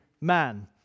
man